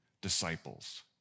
disciples